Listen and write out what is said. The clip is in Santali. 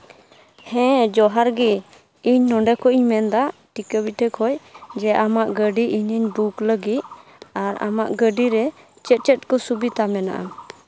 ᱦᱮᱸ ᱡᱚᱦᱟᱨ ᱜᱮ ᱤᱧ ᱱᱚᱰᱮ ᱠᱷᱚᱡ ᱤᱧ ᱢᱮᱱᱮᱫᱟ ᱴᱷᱤᱠᱟᱹᱵᱤᱴᱟᱹ ᱠᱷᱚᱡ ᱡᱮ ᱟᱢᱟᱜ ᱜᱟᱹᱰᱤ ᱤᱧᱤᱧ ᱵᱩᱠ ᱞᱟᱹᱜᱤᱫ ᱟᱨ ᱟᱢᱟᱜ ᱜᱟᱹᱰᱤᱨᱮ ᱪᱮᱫ ᱪᱮᱫ ᱠᱚ ᱥᱩᱵᱤᱫᱷᱟ ᱢᱮᱱᱟᱜᱼᱟ